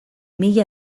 mila